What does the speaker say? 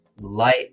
light